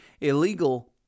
illegal